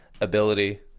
ability